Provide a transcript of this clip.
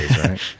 right